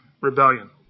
rebellion